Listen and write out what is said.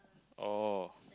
oh